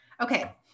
Okay